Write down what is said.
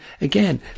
again